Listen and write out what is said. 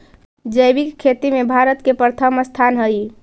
जैविक खेती में भारत के प्रथम स्थान हई